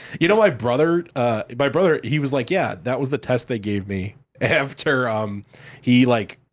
you know my brother? my brother, he was like, yeah, that was the test they gave me after um he, like,